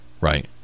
right